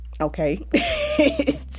okay